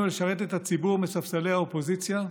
לשרת את הציבור מספסלי האופוזיציה,